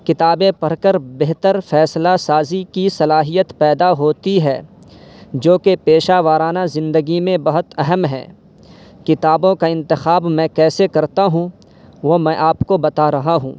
کتابیں پڑھ کر بہتر فیصلہ سازی کی صلاحیت پیدا ہوتی ہے جو کہ پیشہ وارانہ زندگی میں بہت اہم ہے کتابوں کا انتخاب میں کیسے کرتا ہوں وہ میں آپ کو بتا رہا ہوں